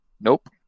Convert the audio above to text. Nope